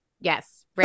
yes